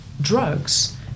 drugs